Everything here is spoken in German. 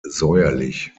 säuerlich